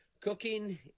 Cooking